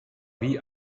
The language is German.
wie